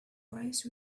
rice